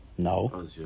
No